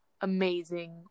amazing